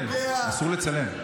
לא לצלם.